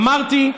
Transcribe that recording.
אמרתי,